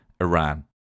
Iran